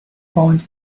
point